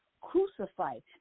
crucified